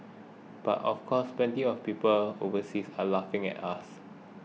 but of course plenty of people overseas are laughing at us